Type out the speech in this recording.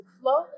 flow